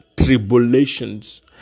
tribulations